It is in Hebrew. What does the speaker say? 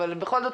אבל בכל זאת,